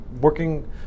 working